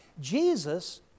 Jesus